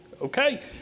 Okay